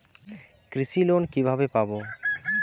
কৃষি লোন কিভাবে পাব?